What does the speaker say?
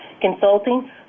consulting